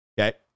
Okay